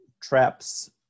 traps